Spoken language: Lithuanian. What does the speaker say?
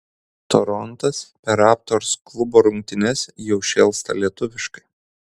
torontas per raptors klubo rungtynes jau šėlsta lietuviškai